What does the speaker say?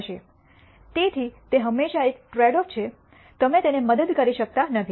તેથી તે હંમેશાં એક ટ્રૈડઑફ છે તમે તેને મદદ કરી શકતા નથી